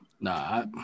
Nah